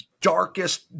darkest